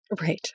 Right